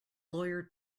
lawyer